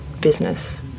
business